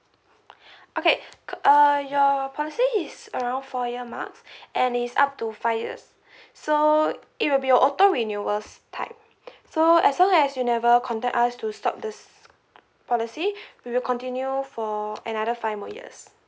okay uh your policy is around four year marks and is up to five years so it will be a auto renewals type so as long as you never contact us to stop this policy we will continue for another five more years